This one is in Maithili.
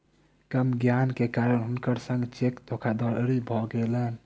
कम ज्ञान के कारण हुनकर संग चेक धोखादड़ी भ गेलैन